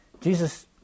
Jesus